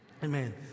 Amen